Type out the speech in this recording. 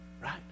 Right